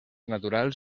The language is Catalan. naturals